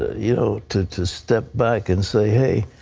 you know to to step back and say, hey,